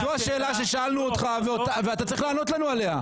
זו השאלה ששאלנו אותך ואתה צריך לענות לנו עליה.